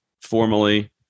formally